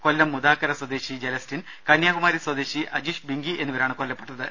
കൊല്ലം മുദാക്കര സ്വദേശി ജലസ്റ്റിൻ കന്യാകുമാരി സ്വദേശി അജീഷ് ബിങ്കി എന്നിവരാണ് കൊല്ലപ്പെട്ടത്